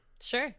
Sure